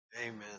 Amen